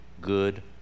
good